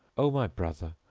o my brother,